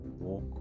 walk